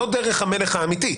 זאת דרך המלך האמיתית?